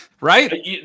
Right